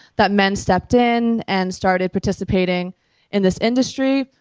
that men stepped in and started participating in this industry,